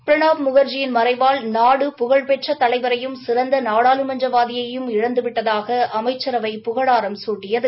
பிரணாப் முக்ஜியின் மறைவால் நாடு புகழ்பெற்ற தலைவரையும் சிறந்த நாடாளுமன்றவாதியையும் இழந்துவிட்டதாக அமைச்சரவை புகழாரம் குட்டியது